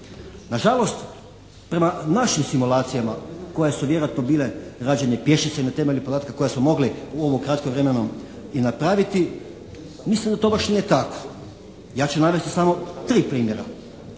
Nažalost, prema našim simulacijama koje su vjerojatno bile rađene pješice na temelju podataka koje smo mogli u ovom kratkom vremenu i napraviti, mislim da to baš nije tako. Ja ću navesti samo tri primjera.